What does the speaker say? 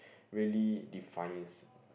really defines